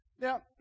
Now